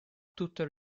tutto